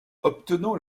obtenant